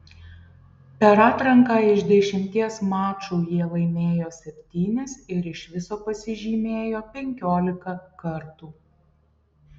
per atranką iš dešimties mačų jie laimėjo septynis ir iš viso pasižymėjo penkiolika kartų